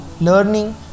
learning